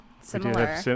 similar